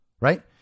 right